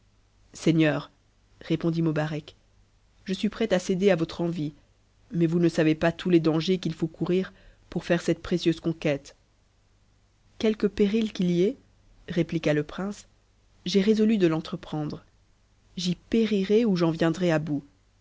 seigneur répondit mobarec je suis prêt à céder à votre envie mais vous ne savez pas tous les dangers qu'il faut courir pour faire cette précieuse conquête quelque péril qu'it y ait répliqua le prince j'ai résolu de l'entreprendre j'y périrai où j'en viendrai à bout